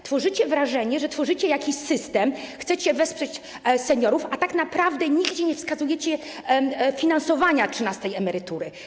Stwarzacie wrażenie, że tworzycie jakiś system, chcecie wesprzeć seniorów, a tak naprawdę nigdzie nie wskazujecie źródeł finansowania trzynastej emerytury.